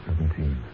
seventeen